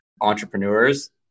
entrepreneurs